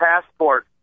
passport